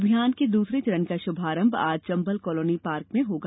अभियान के दूसरे चरण का शुभारंभ आज चंबल कालोनी के पार्क में होगा